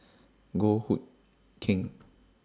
Goh Hood Keng